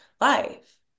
life